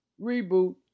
Reboot